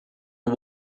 and